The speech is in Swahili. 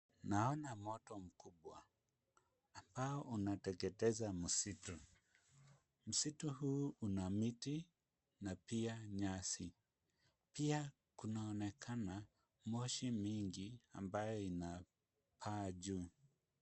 Naona moto mkubwa ambao unateketeza msitu. Msitu huu una miti na pia nyasi. Pia kunaonekana moshi mingi ambayo inapaa juu.